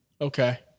Okay